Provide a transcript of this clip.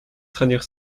traduire